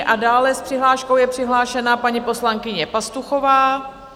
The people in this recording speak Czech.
A dále s přihláškou je přihlášena paní poslankyně Pastuchová.